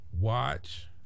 watch